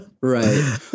right